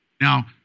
Now